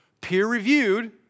peer-reviewed